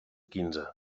quinze